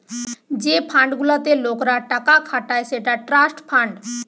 যে ফান্ড গুলাতে লোকরা টাকা খাটায় সেটা ট্রাস্ট ফান্ড